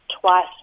twice